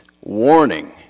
Warning